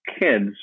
kids